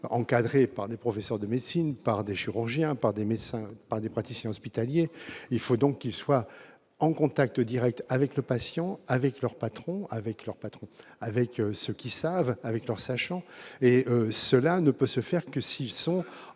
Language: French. encadré par des professeurs de médecine par des chirurgiens par des médecins par des praticiens hospitaliers, il faut donc qu'ils soient en contact Direct avec le patient avec leur patron avec leur patron avec ceux qui savent, avec leur sachant et cela ne peut se faire que s'ils sont